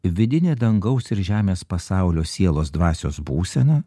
vidinė dangaus ir žemės pasaulio sielos dvasios būsena